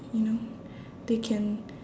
you know they can